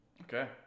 Okay